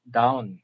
down